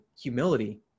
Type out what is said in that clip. humility